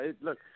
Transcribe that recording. Look